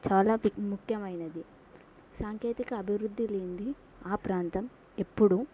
చాలా ముఖ్యమైనది సాంకేతిక అభివృద్ధి లేని ఆ ప్రాంతం ఎప్పుడూ